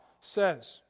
says